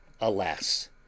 ALAS